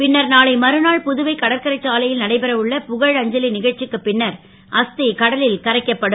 பின்னர் நாளை மறுநாள் புதுவை கடற்கரை சாலை ல் நடைபெற உள்ள புகழஞ்சலி க ச்சிக்குப் பின்னர் அஸ் கடலில் கரைக்கப்படும்